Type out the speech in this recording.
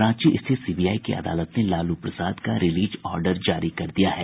रांची स्थित सीबीआई की अदालत ने लालू प्रसाद का रिलीज ऑर्डर जारी कर दिया है